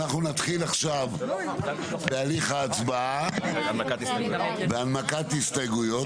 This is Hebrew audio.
אנחנו נתחיל עכשיו בהליך ההצבעה והנמקת הסתייגויות,